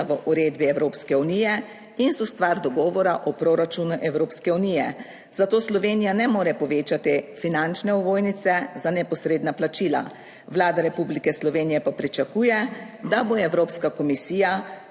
v uredbi Evropske unije in so stvar dogovora o proračunu Evropske unije. Zato Slovenija ne more povečati finančne ovojnice za neposredna plačila. Vlada Republike Slovenije pa pričakuje, da bo Evropska komisija